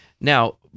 Now